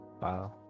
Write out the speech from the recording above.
wow